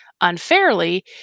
unfairly